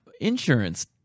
Insurance